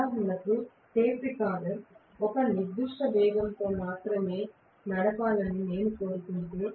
ఉదాహరణకు tape recorder ఒక నిర్దిష్ట వేగంతో మాత్రమే నడపాలని నేను కోరుకుంటే